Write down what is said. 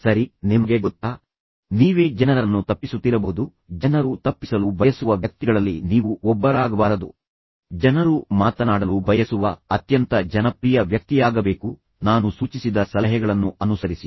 ಸರಿ ನಿಮಗೆ ಗೊತ್ತಾ ನೀವೇ ಜನರನ್ನು ತಪ್ಪಿಸುತ್ತಿರಬಹುದು ಜನರು ತಪ್ಪಿಸಲು ಬಯಸುವ ವ್ಯಕ್ತಿಗಳಲ್ಲಿ ನೀವು ಒಬ್ಬರಾಗಬಾರದು ಜನರು ಮಾತನಾಡಲು ಬಯಸುವ ಅತ್ಯಂತ ಜನಪ್ರಿಯ ವ್ಯಕ್ತಿಯಾಗಬೇಕು ನಾನು ಸೂಚಿಸಿದ ಸಲಹೆಗಳನ್ನು ಅನುಸರಿಸಿ